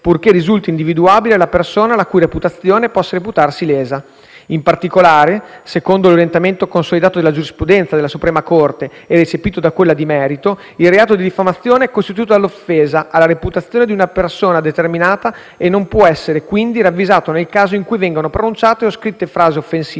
In particolare, secondo l'orientamento consolidato della giurisprudenza della Suprema Corte, e recepito da quella di merito, il reato di diffamazione è costituito dall'offesa alla reputazione di una persona determinata e non può essere, quindi, ravvisato nel caso in cui vengano pronunciate o scritte frasi offensive nei confronti di una o più persone appartenenti ad una categoria anche limitata